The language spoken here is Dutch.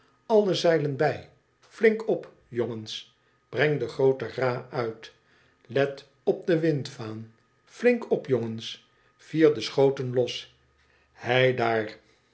alle zeilen bijl flink op jongens breng de groote ra uit let op de windvaan flink op jongens vier de schooten los heidaar